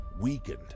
weakened